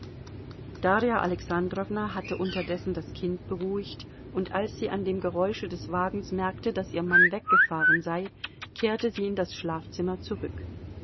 darja alexandrowna hatte unterdessen das kind beruhigt und als sie an dem geräusche des wagens merkte daß ihr mann weggefahren sei kehrte sie in das schlafzimmer zurück